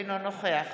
אינו נוכח